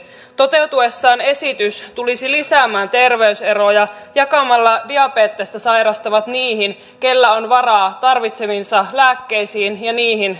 toteutuessaan esitys tulisi lisäämään terveyseroja jakamalla diabetesta sairastavat niihin keillä on varaa tarvitsemiinsa lääkkeisiin ja niihin